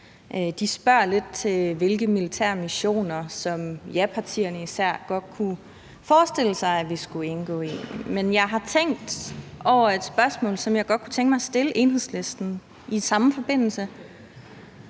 De spørger lidt til, hvilke militære missioner japartierne især godt kunne forestille sig vi skulle indgå i. Men jeg har tænkt over et spørgsmål, som jeg godt kunne tænke mig at stille Enhedslisten i samme forbindelse.